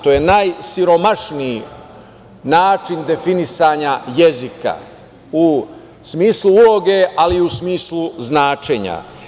To je najsiromašniji način definisanja jezika u smislu ulogu, ali i u smislu značenja.